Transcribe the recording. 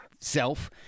self